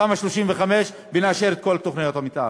תמ"א 35, ונאשר את כל תוכניות המתאר.